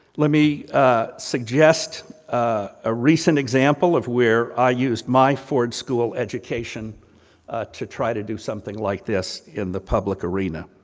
let me suggest a recent example example of where i used my ford school education to try to do something like this in the public arena.